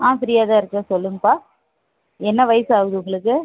ஆ ஃப்ரீயாக தான் இருக்கேன் சொல்லுங்கப்பா என்ன வயசாவுது உங்களுக்கு